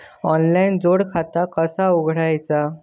Online जोड खाता कसा उघडायचा?